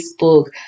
Facebook